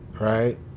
right